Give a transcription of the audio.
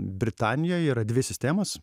britanijoj yra dvi sistemos